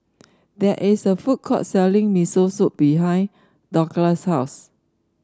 there is a food court selling Miso Soup behind Douglass' house